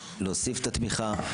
להוסיף את התמיכה,